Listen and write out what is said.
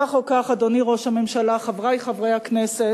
כך או כך, אדוני ראש הממשלה, חברי חברי הכנסת,